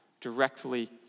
directly